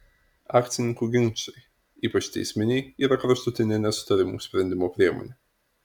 akcininkų ginčai ypač teisminiai yra kraštutinė nesutarimų sprendimo priemonė